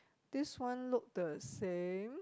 this one look the same